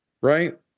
right